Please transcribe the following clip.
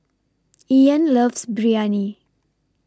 Ian loves Biryani